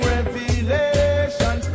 Revelation